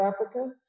Africa